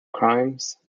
crimes